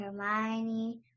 Hermione